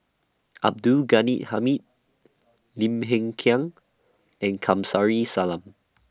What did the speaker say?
Abdul Ghani Hamid Lim Hng Kiang and Kamsari Salam